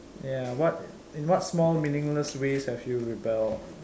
ya what in what small meaningless ways have you rebelled